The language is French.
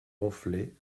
ronflait